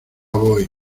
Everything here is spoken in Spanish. voy